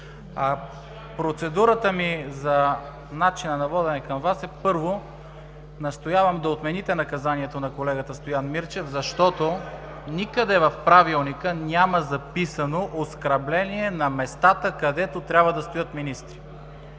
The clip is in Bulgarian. Процедурата ми за начина на водене към Вас е: първо, настоявам да отмените наказанието на колегата Стоян Мирчев, защото никъде в Правилника няма записано оскърбление на местата, където трябва да стоят министрите.